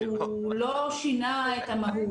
המיקוד הוא לא שינה את המהות,